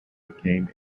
became